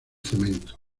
cemento